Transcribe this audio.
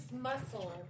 muscle